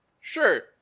Sure